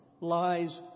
lies